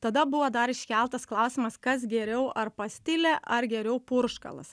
tada buvo dar iškeltas klausimas kas geriau ar pastilė ar geriau purškalas